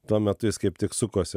tuo metu jis kaip tik sukosi